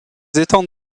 étangs